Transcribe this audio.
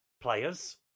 players